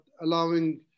allowing